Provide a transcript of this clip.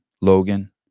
Logan